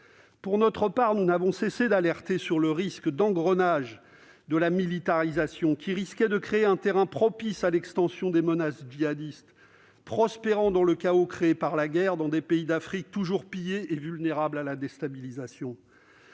Pour notre part, nous n'avons cessé de donner l'alerte. Nous étions face à un engrenage : la militarisation risquait de créer un terrain propice à l'extension des menaces djihadistes, lesquelles prospèrent dans le chaos créé par la guerre dans des pays d'Afrique toujours pillés et vulnérables à la déstabilisation.